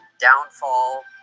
downfall